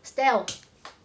style